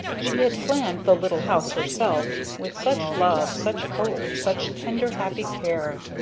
she had planned the little house herself, with such love, such hope, such tender happy care!